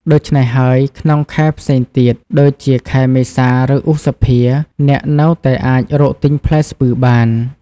ដូច្នេះហើយ ក្នុងខែផ្សេងទៀត ដូចជាខែមេសា ឬឧសភា អ្នកនៅតែអាចរកទិញផ្លែស្ពឺបាន ។